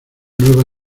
nueva